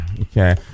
Okay